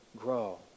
Grow